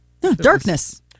Darkness